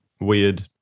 weird